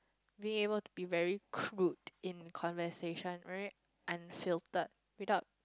being able to be very crude in conversation very unfailed without